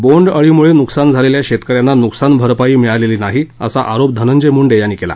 बोंड अळीमुळे नुकसान झालेल्या शेतकऱ्यांना नुकसानभरपाई मिळालेली नाही असा आरोप धनंजय मुंडे यांनी केला